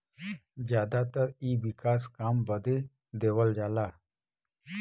जादातर इ विकास काम बदे देवल जाला